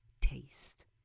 taste